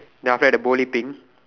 then after that the bowling pin